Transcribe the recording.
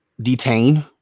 detain